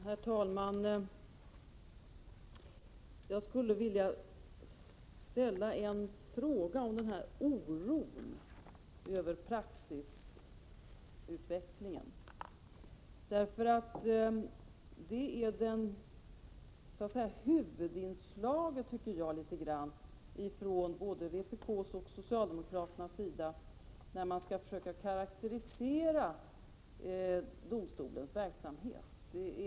Herr talman! Jag skulle vilja ställa en fråga om oron över praxisutvecklingen, eftersom jag tycker att denna oro är så att säga huvudinslaget från både vpk:s och socialdemokraternas sida, när man skall försöka karakterisera domstolens verksamhet.